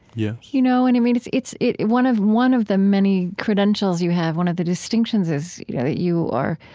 yeah you know, and i mean, it's it's one of one of the many credentials you have, one of the distinctions is you know you are,